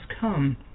come